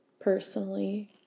personally